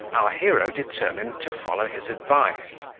our hero determined to follow his advice,